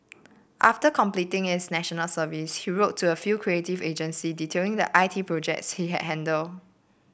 after completing his National Service he wrote to a few creative agencies detailing the I T projects he had handled